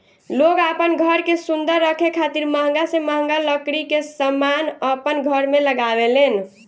लोग आपन घर के सुंदर रखे खातिर महंगा से महंगा लकड़ी के समान अपन घर में लगावे लेन